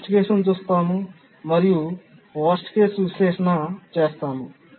మనం చెత్త కేసును చూస్తాము మరియు చెత్త కేసు విశ్లేషణ చేస్తాము